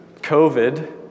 COVID